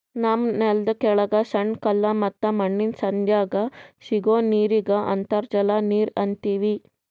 ನಮ್ಮ್ ನೆಲ್ದ ಕೆಳಗ್ ಸಣ್ಣ ಕಲ್ಲ ಮತ್ತ್ ಮಣ್ಣಿನ್ ಸಂಧ್ಯಾಗ್ ಸಿಗೋ ನೀರಿಗ್ ಅಂತರ್ಜಲ ನೀರ್ ಅಂತೀವಿ